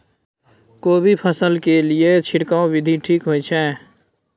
कोबी फसल के लिए छिरकाव विधी ठीक होय छै?